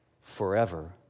forever